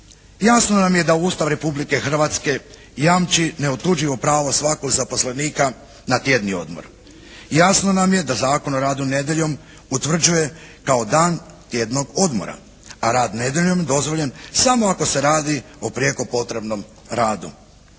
Jasno nam je da Ustav Republike Hrvatske jamči neotuđivo pravo svakog zaposlenika na tjedni odmor, jasno nam je da Zakon o radu nedjeljom utvrđuje kao dan tjednog odmora, a rad nedjeljom je dozvoljen samo ako se radi o prijeko potrebnom radu.